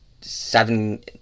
seven